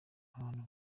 abantu